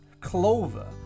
Clover